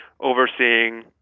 overseeing